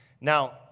Now